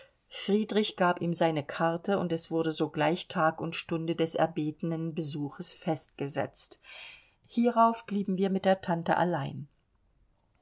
friedrich gab ihm seine karte und es wurde sogleich tag und stunde des erbetenen besuches festgesetzt hierauf blieben wir mit der tante allein